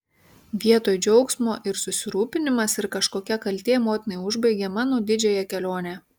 vietoj džiaugsmo ir susirūpinimas ir kažkokia kaltė motinai užbaigė mano didžiąją kelionę